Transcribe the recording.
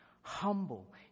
humble